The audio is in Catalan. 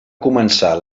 començar